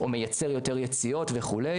או מייצר יותר יציאות וכו',